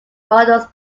models